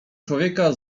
człowieka